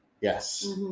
yes